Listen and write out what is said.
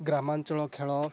ଗ୍ରାମାଞ୍ଚଳ ଖେଳ